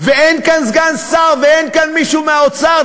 ואין כאן סגן שר ואין כאן מישהו מהאוצר.